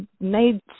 Made